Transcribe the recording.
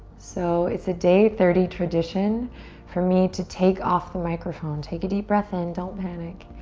so it's a day thirty tradition for me to take off the microphone, take a deep breath in, don't panic,